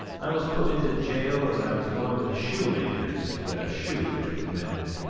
i was put into jail as i was going to the shoemaker's to get a shoe which was mended.